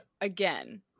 again